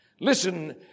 Listen